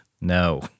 No